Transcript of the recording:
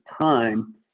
time